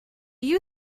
you